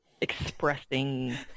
expressing